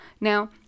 Now